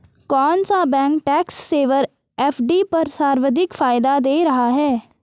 कौन सा bank tax saver FD पर सर्वाधिक फायदा दे रहा है?